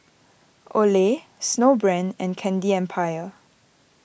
Olay Snowbrand and Candy Empire